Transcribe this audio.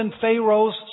Pharaoh's